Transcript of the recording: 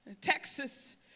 Texas